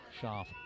Sharp